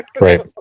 Right